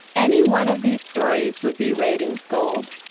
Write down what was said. any one of these stories would be ratings gold.